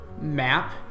map